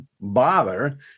bother